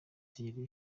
thierry